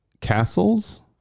Castles